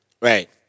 Right